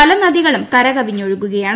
പല നദികളും കരകവിഞ്ഞാഴുകുകയാണ്